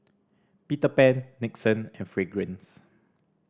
Peter Pan Nixon and Fragrance